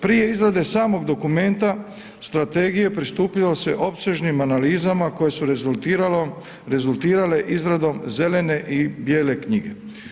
Prije izrade samog dokumenta strategije pristupilo se opsežnim analizama koje su rezultirale izradom zelene i bijele knjige.